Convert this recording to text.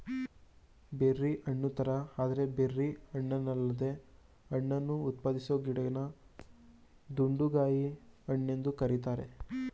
berry ಹಣ್ಣುತರ ಆದ್ರೆ berry ಹಣ್ಣಲ್ಲದ ಹಣ್ಣನ್ನು ಉತ್ಪಾದಿಸೊ ಗಿಡನ ದುಂಡುಗಾಯಿ ಹಣ್ಣೆಂದು ಕರೀತಾರೆ